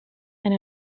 and